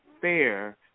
fair